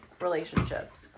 relationships